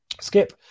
Skip